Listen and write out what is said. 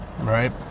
right